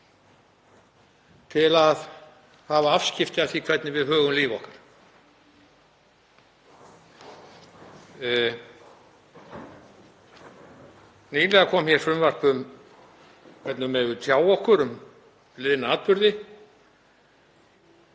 til að hafa afskipti af því hvernig við högum lífi okkar. Nýlega kom fram frumvarp um hvernig við megum tjá okkur um liðna atburði,